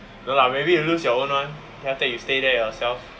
no lah maybe you lose your own [one] then you stay there yourself